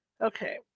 Okay